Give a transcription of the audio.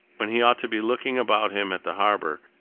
when he ought to be looking about him at the harbour,